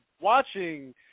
watching